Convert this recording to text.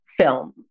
film